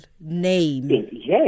name